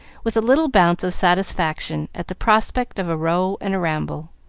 with a little bounce of satisfaction at the prospect of a row and ramble.